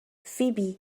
فیبی